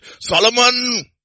Solomon